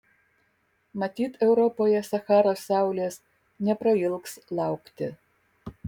matyt europoje sacharos saulės neprailgs laukti